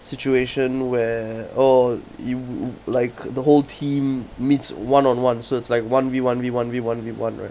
situation where oh you like the whole team meets one on one so it's like one V one V one V one V one right